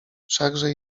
wszakże